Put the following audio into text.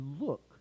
look